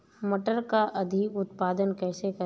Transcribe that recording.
मटर का अधिक उत्पादन कैसे करें?